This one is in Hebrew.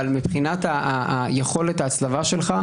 אבל מבחינת יכולת ההצלבה שלך,